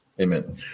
Amen